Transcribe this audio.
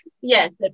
Yes